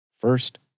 First